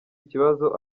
ikibazo